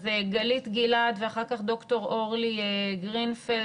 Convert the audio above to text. אז גלית גלעד ואחר כך ד"ר אורלי גרינפלד,